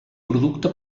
producte